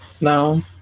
no